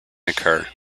occur